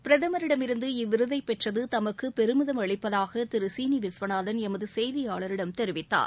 பிரதமரிடமிருந்து இவ்விருதை பெற்றது தமக்கு பெருமிதம் அளிப்பதாக திரு சீனி விஸ்வநாதன் எமது செய்தியாளரிடம் தெரிவித்தார்